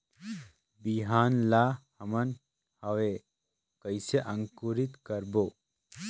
बिहान ला हमन हवे कइसे अंकुरित करबो?